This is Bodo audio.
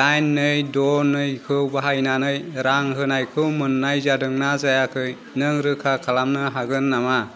दाइन नै द' नै खौ बाहायनानै रां होनायखौ मोननाय जादोंना जायाखै नों रोखा खालामनो हागोन नामा